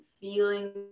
feeling